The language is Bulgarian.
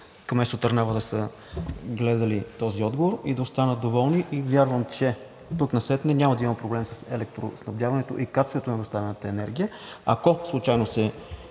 кметство Търнава да са гледали този отговор и да останат доволни и вярвам, че оттук насетне няма да има проблем с електроснабдяването и качеството на доставяната енергия. Ако случайно се